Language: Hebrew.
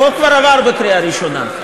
החוק כבר עבר בקריאה ראשונה.